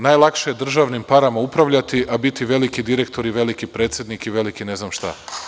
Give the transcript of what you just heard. Najlakše je državnim parama upravljati, a biti veliki direktor i veliki predsednik i veliki ne znam šta.